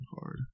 hard